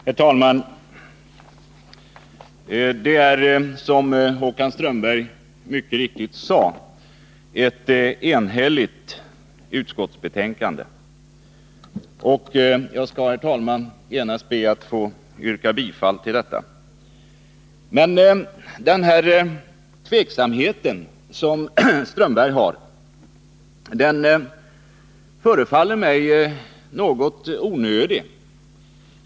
Herr talman! Det är, som Håkan Strömberg mycket riktigt sade, ett enhälligt utskottsbetänkande, och jag skall genast be att få yrka bifall till detta. Den tveksamhet som Håkan Strömberg hyser förefaller mig något onödig.